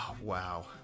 wow